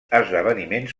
esdeveniments